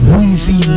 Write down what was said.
Weezy